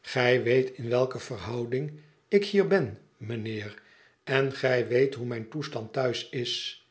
gij weet in welke verhouding ik hier ben mijnheer en gij weet hoc mijn toestand thuis is